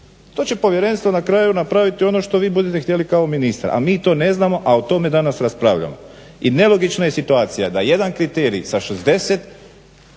To će povjerenstvo na kraju napraviti ono što vi budete htjeli kao ministar, a mi to ne znamo, a o tome danas raspravljamo. I nelogična je situacija da jedan kriterij sa 60